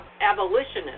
abolitionist